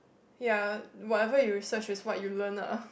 ya whatever you research is what you learn lah